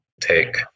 take